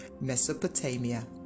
Mesopotamia